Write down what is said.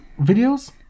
videos